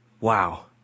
Wow